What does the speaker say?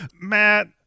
Matt